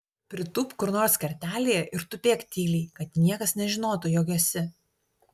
pritūpk kur nors kertelėje ir tupėk tyliai kad niekas nežinotų jog esi